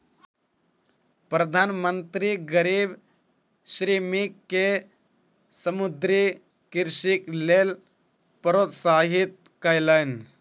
प्रधान मंत्री गरीब श्रमिक के समुद्रीय कृषिक लेल प्रोत्साहित कयलैन